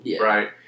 right